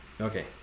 okay